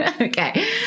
Okay